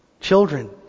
children